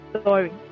story